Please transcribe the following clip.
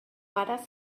pare